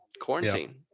quarantine